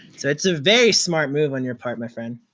so it's a very smart move on your part, my friend.